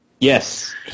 Yes